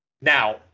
Now